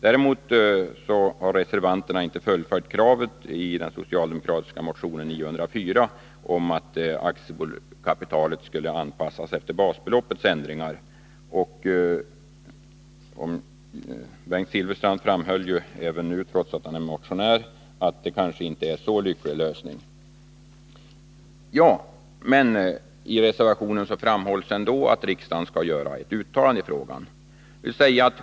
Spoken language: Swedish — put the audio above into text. Däremot har reservanterna inte fullföljt kravet i den socialdemokratiska motionen 904 om att aktiekapitalet skulle anpassas efter basbeloppets ändringar — Bengt Silfverstrand framhöll nu, trots att han är motionär, att det kanske inte är en så lycklig lösning, men i reservationen yrkas ändå att riksdagen skall göra ett uttalande i frågan.